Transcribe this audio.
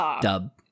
dub